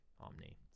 Omni